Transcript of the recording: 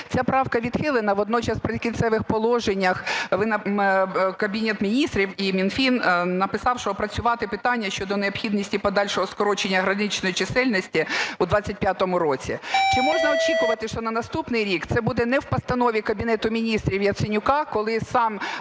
Ця правка відхилена. Водночас в прикінцевих положеннях Кабінет Міністрів і Мінфін написав, що опрацювати питання щодо необхідності подальшого скорочення граничної чисельності у 2025 році. Чи можна очікувати, що на наступний рік це буде не в постанові Кабінету Міністрів Яценюка, коли сам